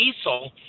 diesel